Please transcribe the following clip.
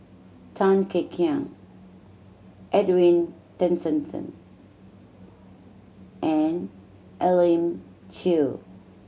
Tan Kek Hiang Edwin Tessensohn and Elim Chew